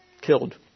Killed